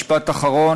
אז להיכנס, משפט אחרון.